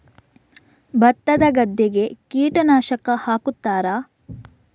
ಭತ್ತದ ಗದ್ದೆಗೆ ಕೀಟನಾಶಕ ಹಾಕುತ್ತಾರಾ?